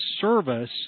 service